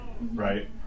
right